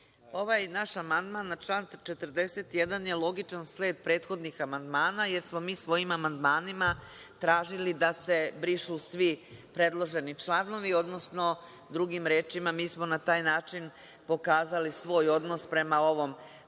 Ovaj naš amandman na član 41. je logičan sled prethodnih amandmana jer smo mi svojim amandmanima tražili da se brišu svi predloženi članovi, odnosno drugim rečima mi smo na taj način pokazali svoj odnos prema ovom